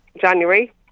January